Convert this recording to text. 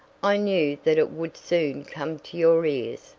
i knew that it would soon come to your ears,